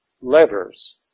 letters